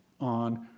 on